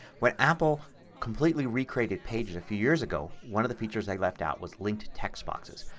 when apple completely recreated pages a few years ago one of the features they left out was linked text boxes.